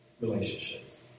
relationships